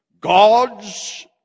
God's